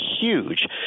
huge